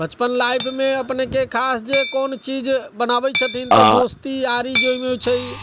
बचपन लाइफ मे अपने के खास जे कोन चीज बनाबै छथिन तऽ दोस्ती यारी जे होइ छै